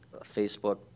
Facebook